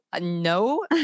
no